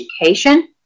education